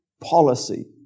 policy